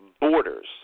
borders